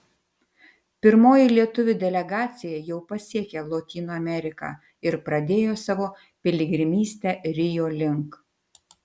pirmoji lietuvių delegacija jau pasiekė lotynų ameriką ir pradėjo savo piligrimystę rio link